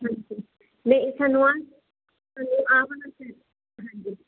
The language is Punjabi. ਨਹੀਂ ਸਾਨੂੰ ਆਹ ਸਾਨੂੰ ਆਹ ਵਾਲਾ ਸੈੱਟ ਹਾਂਜੀ